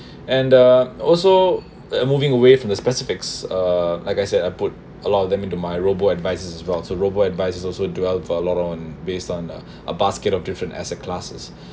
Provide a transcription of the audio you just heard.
and uh also like moving away from the specifics uh like I said I put a lot of them into my robo advisers in row so robo advisers also dwelled a lot on based on a basket of different asset classes